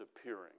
appearing